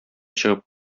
чыгып